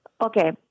Okay